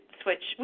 switch